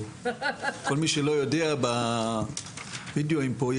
מי שלא יודע בווידאו פה,